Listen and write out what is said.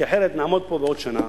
כי אחרת נעמוד פה בעוד שנה,